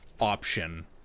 Option